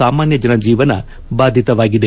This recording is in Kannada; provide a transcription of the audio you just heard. ಸಾಮಾನ್ಯ ಜನಜೀವನ ಬಾಧಿತವಾಗಿದೆ